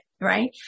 right